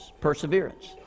Perseverance